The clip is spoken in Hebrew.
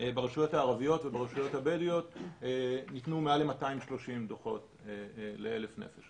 ברשויות הערביות וברשויות הבדואיות ניתנו מעל ל-230 דוחות ל-1,000 נפש.